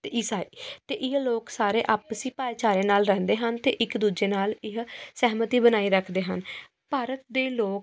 ਅਤੇ ਈਸਾਈ ਅਤੇ ਇਹ ਲੋਕ ਸਾਰੇ ਆਪਸੀ ਭਾਈਚਾਰੇ ਨਾਲ ਰਹਿੰਦੇ ਹਨ ਅਤੇ ਇੱਕ ਦੂਜੇ ਨਾਲ ਇਹ ਸਹਿਮਤੀ ਬਣਾਈ ਰੱਖਦੇ ਹਨ ਭਾਰਤ ਦੇ ਲੋਕ